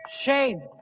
Shane